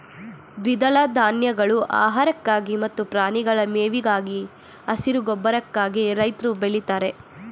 ದ್ವಿದಳ ಧಾನ್ಯಗಳು ಆಹಾರಕ್ಕಾಗಿ ಮತ್ತು ಪ್ರಾಣಿಗಳ ಮೇವಿಗಾಗಿ, ಹಸಿರು ಗೊಬ್ಬರಕ್ಕಾಗಿ ರೈತ್ರು ಬೆಳಿತಾರೆ